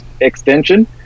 extension